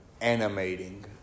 animating